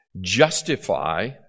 justify